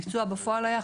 הביצוע בפועל היה,